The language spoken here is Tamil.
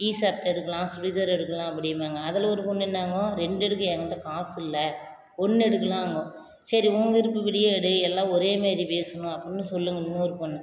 டிஷர்ட் எடுக்கலாம் சுடிதார் எடுக்கலாம் அப்படிம்பாங்க அதில் ஒரு பொண்ணு என்னாங்கும் ரெண்டு எடுக்க எங்கிட்ட காசு இல்லை ஒன்று எடுக்கலாங்கும் சரி உன் விருப்பப்படியே எடு எல்லாம் ஒரேமாரி பேசுனோம் அப்புடின்னு சொல்லுங்க இன்னொரு பொண்ணு